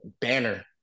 banner